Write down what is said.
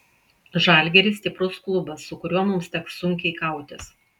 žalgiris stiprus klubas su kuriuo mums teks sunkiai kautis